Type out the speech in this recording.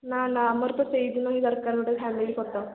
ନା ନା ଆମର ତ ସେଇଦିନ ହିଁ ଦରକାର ଗୋଟେ ଫ୍ୟାମିଲି ଫଟୋ